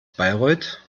bayreuth